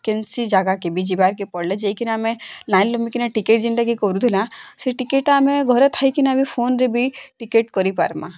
କେନ୍ସି ଜାଗା କେ ବି ଯିବାର୍ କେ ପଡ଼ିଲେ ଯାଇ କିନା ଆମେ ଲାଇନ୍ ଲମ୍ୱେଇ କିନା ଟିକେଟ୍ ଯେନ୍ତା କି କରୁଥିଲା ସେ ଟିକେଟ୍ଟା ଆମେ ଘରେ ଥାଇ କିନା ବି ଫୋନ୍ରେ ବି ଟିକେଟ୍ କରିପାର୍ମାଁ